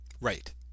Right